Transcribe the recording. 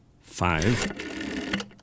five